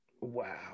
Wow